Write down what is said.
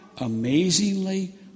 amazingly